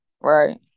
Right